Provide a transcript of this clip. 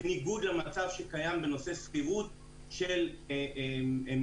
בניגוד למצב שקיים בנושא שכירות של מסחר,